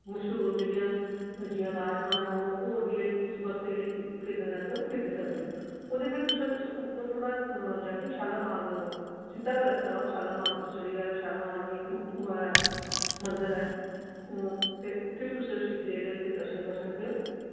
मशहूर जेह्ड़ियां जि'यां राजमा न और बी तुस बस्तु जेह्ड़ी खरीदना चाहंदे ओ खरीदी सकदे ओ ओह्दे फिर तुसैं तुस उप्पर थोह्ड़ा जागे शालामार सिद्दा गै रस्ता ओ शालामार तुस चली जायो शालामार वी इक ओह् ऐ मंदर ऐ ओह् ते उत्थे वी तुस शिवजी दे जेह्के करी सकदे ओ